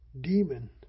demon